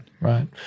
right